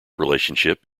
relationship